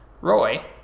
Roy